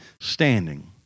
standing